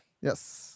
Yes